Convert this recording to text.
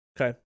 Okay